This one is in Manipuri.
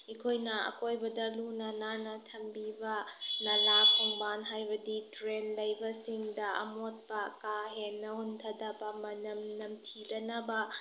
ꯑꯩꯈꯣꯏꯅ ꯑꯀꯣꯏꯕꯗ ꯂꯨꯅ ꯅꯥꯟꯅ ꯊꯝꯕꯤꯕ ꯅꯂꯥ ꯈꯣꯡꯕꯥꯟ ꯍꯥꯏꯕꯗꯤ ꯗ꯭ꯔꯦꯟ ꯂꯩꯕꯁꯤꯡꯗ ꯑꯃꯣꯠꯄ ꯀꯥ ꯍꯦꯟꯅ ꯍꯨꯟꯊꯗꯕ ꯃꯅꯝ ꯅꯝꯊꯤꯗꯅꯕ